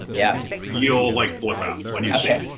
yeah you'll like flip out when you see it.